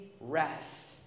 rest